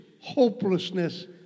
hopelessness